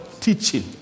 teaching